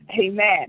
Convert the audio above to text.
Amen